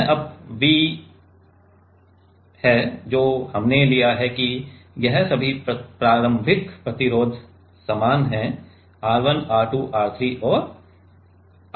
यह अब V है जो हमने लिया है कि यह सभी प्रारंभिक प्रतिरोध समान हैं R 1 R 2 R 3 और R 4